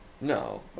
No